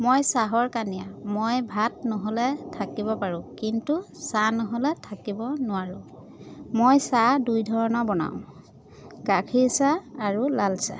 মই চাহৰ কানিয়া মই ভাত নহ'লে থাকিব পাৰোঁ কিন্তু চাহ নহ'লে থাকিব নোৱাৰোঁ মই চাহ দুই ধৰণৰ বনাওঁ গাখীৰ চাহ আৰু লাল চাহ